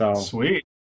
sweet